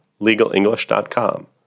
legalenglish.com